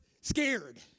scared